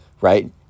right